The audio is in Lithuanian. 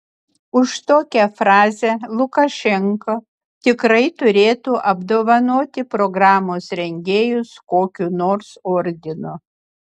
už tokią frazę lukašenka tikrai turėtų apdovanoti programos rengėjus kokiu nors ordinu